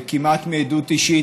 כמעט מעדות אישית,